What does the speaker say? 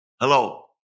hello